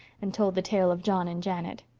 and told the tale of john and janet.